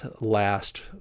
last